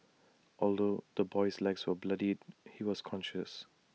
although the boy's legs were bloodied he was conscious